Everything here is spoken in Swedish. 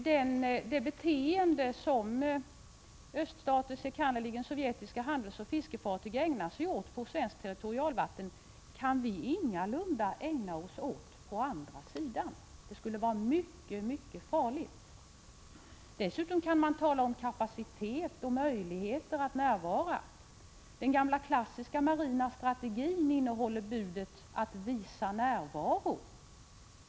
Det beteende som öststaters fartyg — enkannerligen sovjetiska handelsoch fiskefartyg — ägnar sig åt på svenskt territorialvatten kan vi för vår del ingalunda ägna oss åt på den andra sidan, för det skulle vara mycket farligt. Dessutom kan man här tala om kapacitet och möjligheter att närvara. Den gamla klassiska marina strategin innehåller budet att visa närvaro.